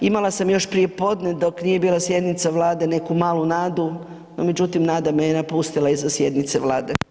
Imala sam još prije podne dok nije bila sjednica Vlade neku malu nadu, no međutim nada me je napustila iza sjednice Vlade.